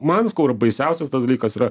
man sakau yra baisiausias tas dalykas yra